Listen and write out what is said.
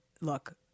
look